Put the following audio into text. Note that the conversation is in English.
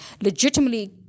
legitimately